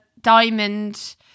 diamond